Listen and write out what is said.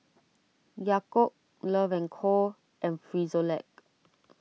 Yakult Love and Co and Frisolac